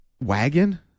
wagon